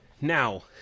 Now